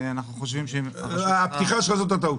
אנחנו חושבים --- הפתיחה שלך זאת הטעות.